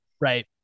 Right